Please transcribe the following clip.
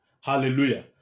Hallelujah